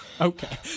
Okay